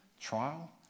trial